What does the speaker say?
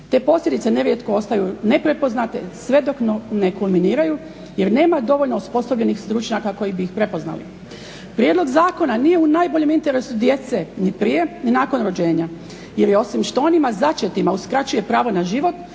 Te posljedice nerijetko ostaju neprepoznate sve dok ne kulminiraju, jer nema dovoljno osposobljenih stručnjaka koji bi ih prepoznali. Prijedlog zakona nije u najboljem interesu djece ni prije ni nakon rođenja, jer je osim što onima začetima uskraćuje pravo na život,